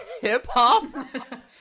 hip-hop